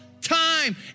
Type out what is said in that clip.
time